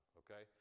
okay